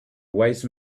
wise